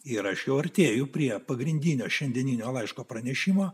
ir aš jau artėju prie pagrindinio šiandieninio laiško pranešimo